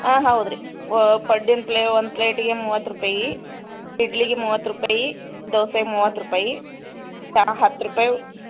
ಹಾಂ ಹೌದ್ರಿ ವ ಪಡ್ಡಿನ ಪ್ಲೆ ಒಂದು ಪ್ಲೇಟಿಗೆ ಮೂವತ್ತು ರೂಪಾಯಿ ಇಡ್ಲಿಗೆ ಮೂವತ್ತು ರೂಪಾಯಿ ದೋಸೆ ಮೂವತ್ತು ರೂಪಾಯಿ ಚಾ ಹತ್ತು ರೂಪಾಯಿ